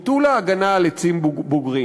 ביטול ההגנה על עצים בוגרים: